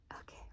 Okay